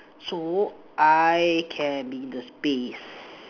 so I can be the space